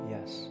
Yes